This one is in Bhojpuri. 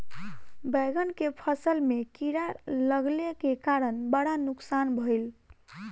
बैंगन के फसल में कीड़ा लगले के कारण बड़ा नुकसान भइल